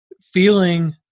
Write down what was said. feeling